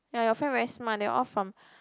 yeah your friend very smart they are all from